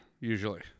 usually